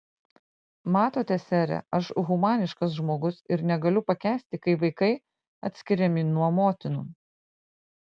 matote sere aš humaniškas žmogus ir negaliu pakęsti kai vaikai atskiriami nuo motinų